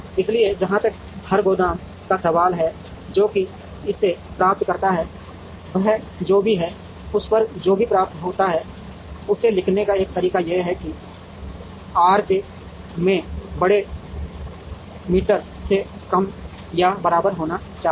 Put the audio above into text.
इसलिए जहां तक हर गोदाम का सवाल है जो भी इसे प्राप्त करता है वह जो भी है उस पर जो भी प्राप्त होता है उसे लिखने का एक तरीका यह है कि आर जे में बड़े मीटर से कम या बराबर होना चाहिए